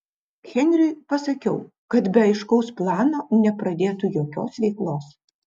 henriui pasakiau kad be aiškaus plano nepradėtų jokios veiklos